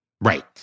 Right